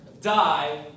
die